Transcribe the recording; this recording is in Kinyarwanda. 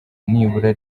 nibura